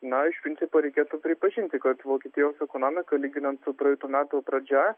na iš principo reikėtų pripažinti kad vokietijos ekonomika lyginant su praeitų metų pradžia